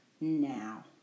Now